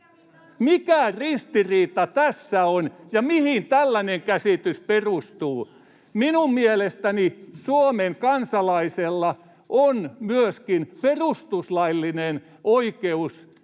Mikä ristiriita tässä on, ja mihin tällainen käsitys perustuu? Minun mielestäni Suomen kansalaisella on myöskin perustuslaillinen oikeus